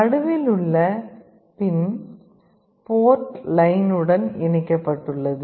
நடுவில் உள்ள pin board line உடன் இணைக்க பட்டுள்ளது